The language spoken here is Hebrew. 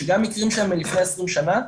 שגם מקרים שהם מלפני עשרים שנה,